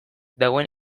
dagoen